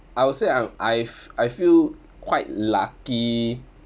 I would say I'm I f~ I feel quite lucky